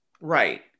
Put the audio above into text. Right